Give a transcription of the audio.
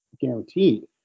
guaranteed